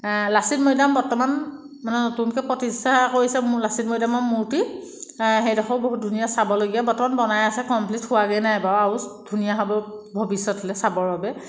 লাচিত মৈদাম বৰ্তমান মানে নতুনকৈ প্ৰতিষ্ঠা কৰিছে মূৰ লাচিত মৈদামৰ মূৰ্তি সেইডোখৰো বহুত ধুনীয়া চাবলগীয়া বৰ্তমান বনাই আছে কমপ্লিট হোৱাগৈ নাই বাৰু আৰু ধুনীয়া হ'ব ভৱিষ্যতলৈ চাবৰ বাবে